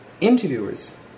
interviewers